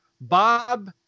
Bob